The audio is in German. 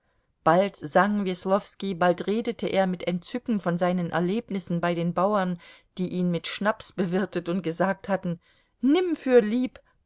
bald sang weslowski bald redete er mit entzücken von seinen erlebnissen bei den bauern die ihn mit schnaps bewirtet und gesagt hatten nimm fürlieb